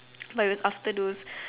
but it was after those